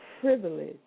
privilege